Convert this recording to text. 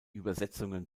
übersetzungen